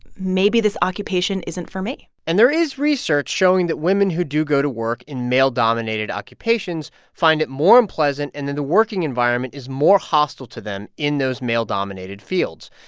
maybe this occupation isn't for me and there is research showing that women who do go to work in male-dominated occupations find it more unpleasant and that the working environment is more hostile to them in those male-dominated fields.